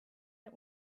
der